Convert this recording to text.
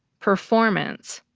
performance,